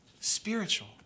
spiritual